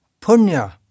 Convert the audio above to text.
punya